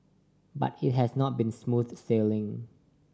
but it has not been smooth sailing